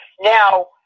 Now